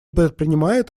предпринимает